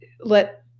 let